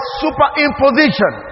superimposition